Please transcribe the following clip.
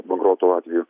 bankroto atvejų